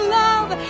love